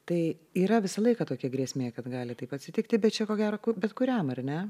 tai yra visą laiką tokia grėsmė kad gali taip atsitikti bet čia ko gero bet kuriam ar ne